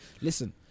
Listen